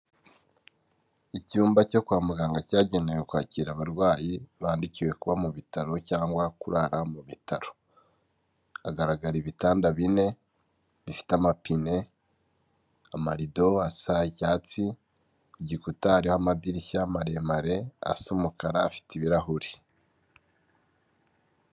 Icyumba cyo kwa muganga cyagenewe kwakira abarwayi bandikiwe kuba mu bitaro, cyangwa kurara mu bitaro, hagaragara ibitanda bine bifite amapine, amarido asa icyatsi, ku gikuta hariho amadirishya maremare, asa umukara afite ibirahuri.